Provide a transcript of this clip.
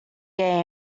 their